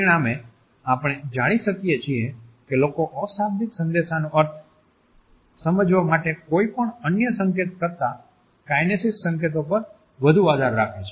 પરિણામે આપણે જાણી શકીએ છીએ કે લોકો અશાબ્દિક સંદેશાનો અર્થ સમજવા માટે કોઈપણ અન્ય સંકેત કરતાં કાઈનેસીક્સ સંકેતો પર વધુ આધાર રાખે છે